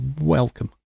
welcome